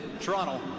Toronto